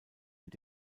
mit